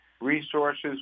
resources